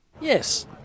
Yes